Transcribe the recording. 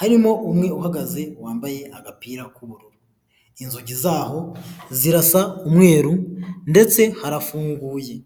harimo umwe uhagaze wambaye agapira k'ubururu, in inzugi z'aho zirasa umweru ndetse harafunguye.